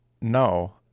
no